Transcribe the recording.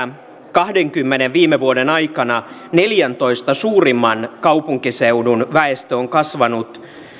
kahdenkymmenen vuoden aikana neljäntoista suurimman kaupunkiseudun väestö on kasvanut